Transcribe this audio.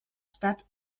stadt